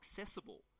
accessible